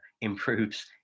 improves